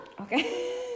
Okay